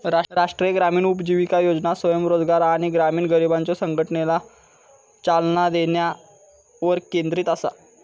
राष्ट्रीय ग्रामीण उपजीविका योजना स्वयंरोजगार आणि ग्रामीण गरिबांच्यो संघटनेला चालना देण्यावर केंद्रित असा